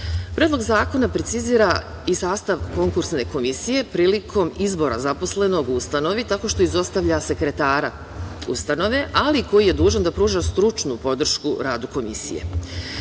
zakona precizira i sastav konkursne komisije prilikom izbora zaposlenog u ustanovi, tako što izostavlja sekretara ustanove, ali koji je dužan da pruža stručnu podršku radu Komisije. Zatim